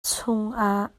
chungah